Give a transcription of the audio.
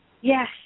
Yes